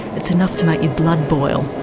it's enough to make your blood boil.